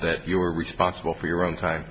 that you are responsible for your own time